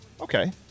Okay